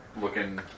looking